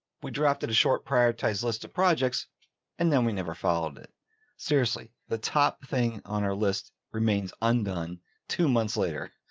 we drafted a short prioritized list of projects and then we never followed it seriously. the top thing on our list remains undone two months later.